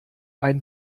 ein